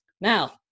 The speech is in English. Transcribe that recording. Now